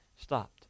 stopped